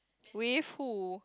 with who